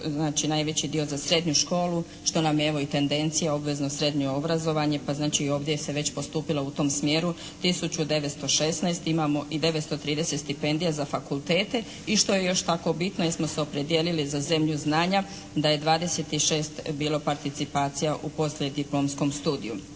znači najveći dio za srednju školu što nam je evo i tendencija obvezno srednje obrazovanje, pa znači ovdje se je već postupilo u tom smjeru tisuću 916 imamo i 930 stipendija za fakultete i što je još tako bitno jer smo se opredijelili za zemlju znanja da je 26 bilo participacija u poslijediplomskom studiju.